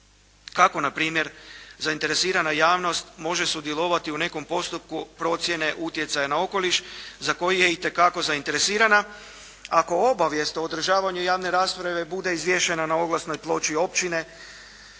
Kako npr. zainteresirana javnost može sudjelovati u nekom postupku procjene utjecaja na okoliš za koji je itekako zainteresirana, ako obavijest o održavanju javne rasprave bude izvješena na oglasnoj ploči općine